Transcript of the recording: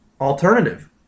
alternative